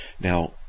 now